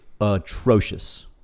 atrocious